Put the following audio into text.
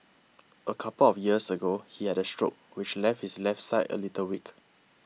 a couple of years ago he had a stroke which left his left side a little weak